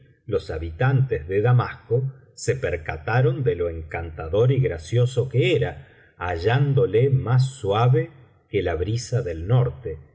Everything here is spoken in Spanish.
los habitantes de damasco se percataron de lo encantador y gracioso que era hallándole más suave que la brisa del norte más